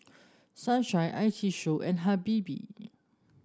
Sunshine I T Show and Habibie